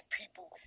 people